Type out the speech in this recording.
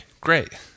great